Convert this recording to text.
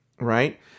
right